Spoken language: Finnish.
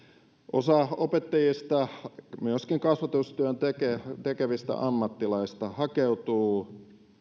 osa opettajista myöskin kasvatustyötä tekevistä tekevistä ammattilaisista hakeutuu